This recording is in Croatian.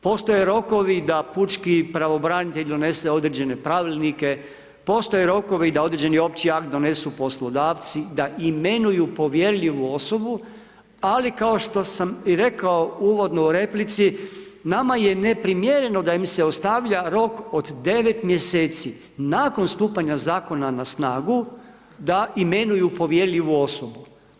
Postoje rokovi da pučki pravobranitelj donese određene Pravilnike, postoje rokovi da određeni Opći akt donesu poslodavci, da imenuju povjerljivu osobu, ali, kao što sam i rekao uvodno u replici, nama je neprimjereno da im se ostavlja rok od 9 mjeseci, nakon stupanja Zakona na snagu, da imenuju povjerljivu osobu.